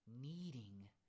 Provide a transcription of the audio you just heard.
needing